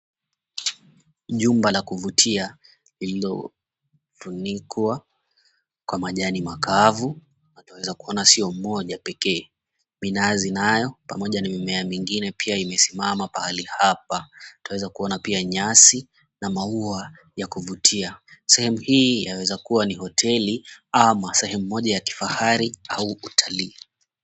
Jumba la kuvutia lililotunikwa kwa majani makavu na tunaeza kuona sio mmoja pekee, minazi nayo pamoja na mimea mengine pia imesimama pahali hapa nyasi pamoja na maua pia yakuvutia, sehemu hii yaweza kuwa ni hoteli ama sehemu yakifahari au ya utalii.